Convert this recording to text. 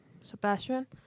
sebastian